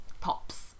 pops